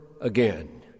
again